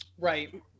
Right